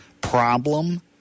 problem